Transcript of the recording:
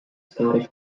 scottish